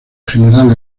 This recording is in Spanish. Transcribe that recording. general